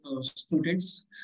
students